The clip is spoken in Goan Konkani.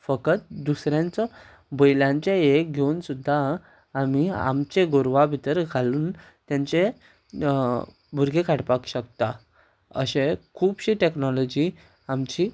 फकत दुसऱ्यांचो बैलांचे हे घेवन सुद्दां आमी आमचे गोरवां भितर घालून तांचे भुरगें काडपाक शकता अशे खुबशी टॅक्नोलोजी आमची